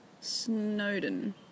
Snowden